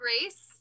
grace